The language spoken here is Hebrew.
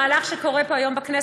מהלך שקורה פה היום בכנסת,